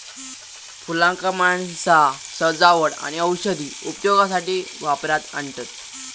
फुलांका माणसा सजावट आणि औषधी उपयोगासाठी वापरात आणतत